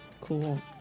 cool